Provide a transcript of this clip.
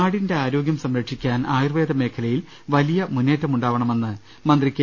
നാടിന്റെ ആരോഗ്യം സംരക്ഷിക്കാൻ ആയുർവ്വേദ മേഖലയിൽ വലിയ മുന്നേറ്റമുണ്ടാവണമെന്ന് മന്ത്രി കെ